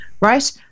Right